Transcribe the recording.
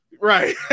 right